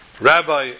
rabbi